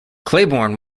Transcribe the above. claiborne